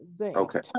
Okay